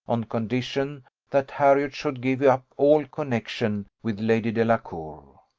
on condition that harriot should give up all connexion with lady delacour.